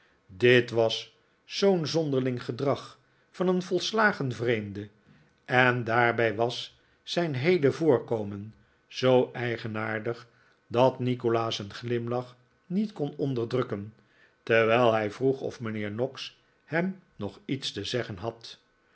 dit was zoo'n zonderling gedrag van een volslagen vreemde en daarbij was zijn heele voorkomen zoo eigenaardig dat nikolaas een glimlach niet kon onderdrukken terwijl hij vroeg of mijnheer noggs hem nog iets te zeggen had